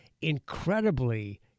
incredibly